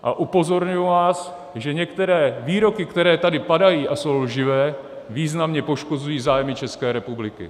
A upozorňuji vás, že některé výroky, které tady padají a jsou lživé, významně poškozují zájmy České republiky.